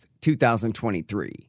2023